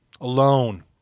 alone